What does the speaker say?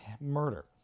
murder